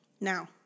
Now